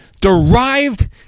derived